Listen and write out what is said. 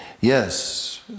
Yes